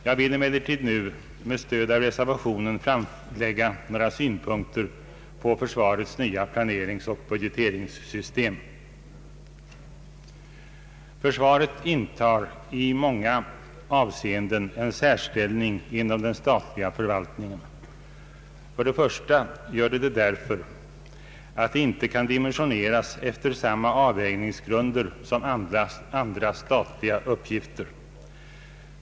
Jag vill emellertid nu med stöd av reservationen framlägga några synpunkter på försvarets nya planeringsoch budgeteringssystem. Försvaret intar i många avseenden en särställning inom den statliga förvaltningen. För det första gör det det därför att det inte kan dimensioneras efter samma avvägningsgrunder som andra statliga uppgifter.